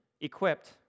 equipped